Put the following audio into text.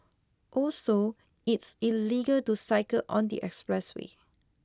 also it's illegal to cycle on the expressway